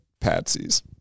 patsies